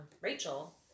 Rachel